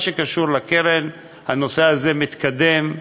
במה שקשור לקרן, הנושא הזה מתקדם.